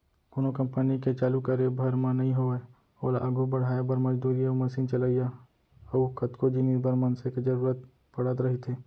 कोनो कंपनी के चालू करे भर म नइ होवय ओला आघू बड़हाय बर, मजदूरी अउ मसीन चलइया अउ कतको जिनिस बर मनसे के जरुरत पड़त रहिथे